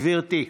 גברתי,